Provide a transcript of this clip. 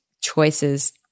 choices